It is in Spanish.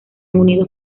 unidos